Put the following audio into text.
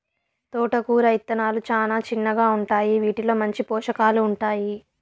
తోటకూర ఇత్తనాలు చానా చిన్నగా ఉంటాయి, వీటిలో మంచి పోషకాలు ఉంటాయి